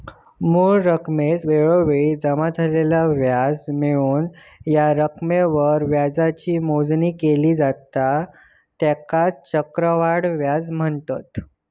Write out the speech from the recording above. मूळ रकमेत वेळोवेळी जमा झालेला व्याज मिळवून या रकमेवरील व्याजाची मोजणी केली जाता त्येकाच चक्रवाढ व्याज म्हनतत